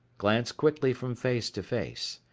glanced quickly from face to face.